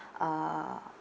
uh